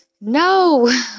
no